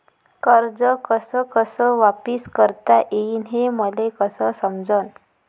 कर्ज कस कस वापिस करता येईन, हे मले कस समजनं?